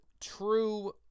true